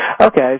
Okay